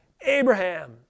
Abraham